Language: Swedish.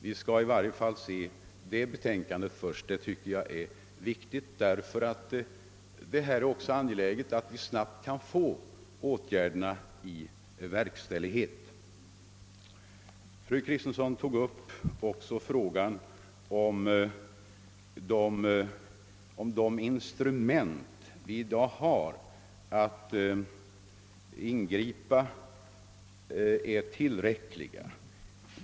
Vi skall i varje fall först se betänkandet från narkomanvårdskommittén. Det är viktigt inte minst ur den synpunkten att det är angeläget att vi snabbt får åtgärderna verkställda. Fru Kristensson tog också upp frågan huruvida de instrument vi i dag har att tillgripa är tillräckliga.